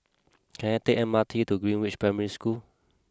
can I take M R T to Greenridge Primary School